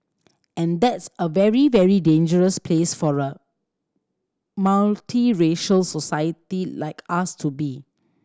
and that's a very very dangerous place for a multiracial society like us to be